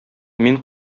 мин